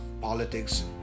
politics